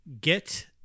get